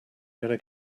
gonna